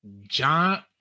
John